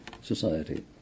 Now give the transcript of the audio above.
society